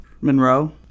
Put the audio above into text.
Monroe